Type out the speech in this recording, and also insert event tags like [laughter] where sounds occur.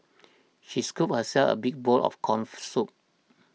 she scooped herself a big bowl of corn [hesitation] soup